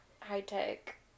high-tech